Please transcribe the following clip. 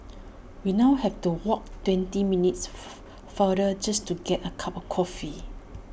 we now have to walk twenty minutes F farther just to get A cup of coffee